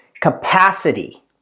capacity